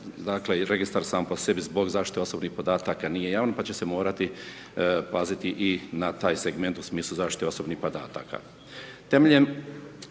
dakle i registar sam po sebi zbog zaštite osobnih podataka nije javan pa će se morati paziti i na taj segment u smislu zaštite osobnih podataka.